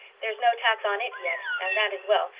there's no tax on it yet and that is well,